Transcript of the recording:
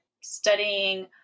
studying